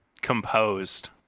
composed